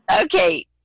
Okay